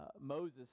Moses